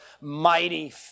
mighty